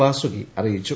വാസുകി അറിയിച്ചു